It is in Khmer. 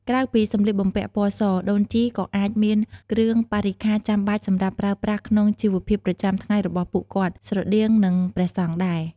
ក្រៅពីសម្លៀកបំពាក់ពណ៌ស ដូនជីក៏អាចមានគ្រឿងបរិក្ខារចាំបាច់សម្រាប់ប្រើប្រាស់ក្នុងជីវភាពប្រចាំថ្ងៃរបស់ពួកគាត់ ស្រដៀងនឹងព្រះសង្ឃដែរ។